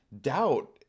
doubt